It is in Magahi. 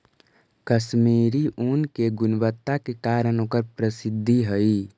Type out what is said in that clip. कश्मीरी ऊन के गुणवत्ता के कारण ओकर प्रसिद्धि हइ